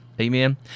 Amen